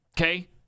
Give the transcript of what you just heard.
okay